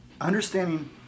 Understanding